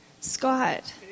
Scott